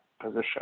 position